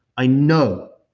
i know.